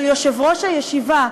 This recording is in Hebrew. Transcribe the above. של יושב-ראש הישיבה,